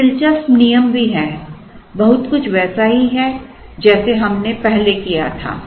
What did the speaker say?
एक दिलचस्प नियम भी है बहुत कुछ वैसा ही है जैसा हमने पहले किया था